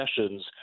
sessions